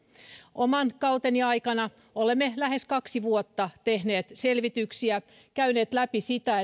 oman kauteni aikana olemme lähes kaksi vuotta tehneet selvityksiä käyneet läpi sitä